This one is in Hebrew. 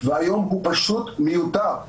והיום הוא פשוט מיותר.